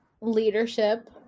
leadership